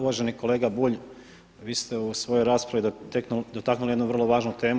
Uvaženi kolega Bulj, vi ste u svojoj raspravi dotaknuli jednu vrlo važnu temu.